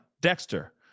Dexter